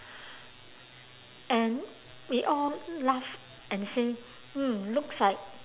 and we all laugh and say hmm looks like